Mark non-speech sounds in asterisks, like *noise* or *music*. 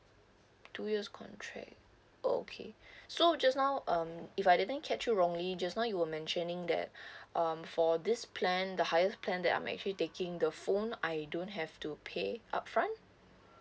two years contract okay *breath* so just now um if I didn't catch you wrongly just now you were mentioning that *breath* um for this plan the highest plan that I'm actually taking the phone I don't have to pay upfront